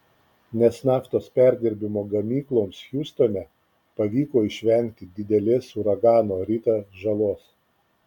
nes naftos perdirbimo gamykloms hiūstone pavyko išvengti didelės uragano rita žalos